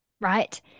Right